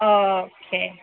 okay